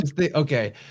okay